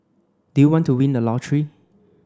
do you want to win the lottery